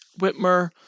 Whitmer